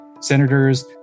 senators